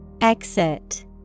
Exit